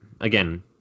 Again